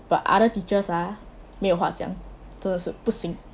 but other teachers ah 没有话讲的是不行